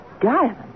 Diamond